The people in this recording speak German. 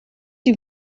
die